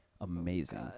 amazing